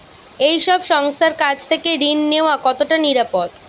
এই সব সংস্থার কাছ থেকে ঋণ নেওয়া কতটা নিরাপদ?